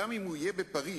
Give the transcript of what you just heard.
גם אם הוא יהיה בפריס,